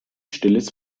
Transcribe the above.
stilles